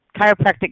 chiropractic